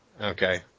Okay